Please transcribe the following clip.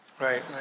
right